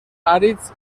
àrids